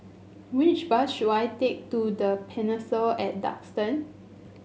which bus should I take to The Pinnacle at Duxton